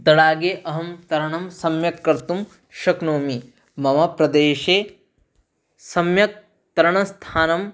तडागे अहं तरणं सम्यक् कर्तुं शक्नोमि मम प्रदेशे सम्यक् तरणस्थानम्